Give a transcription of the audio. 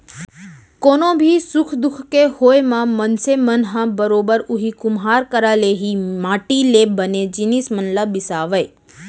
कोनो भी सुख दुख के होय म मनसे मन ह बरोबर उही कुम्हार करा ले ही माटी ले बने जिनिस मन ल बिसावय